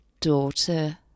Daughter